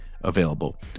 available